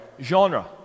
genre